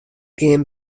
gean